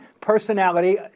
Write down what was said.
personality